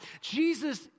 Jesus